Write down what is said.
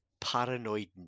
paranoid